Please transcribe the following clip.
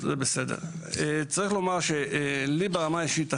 לי ברמה האישית,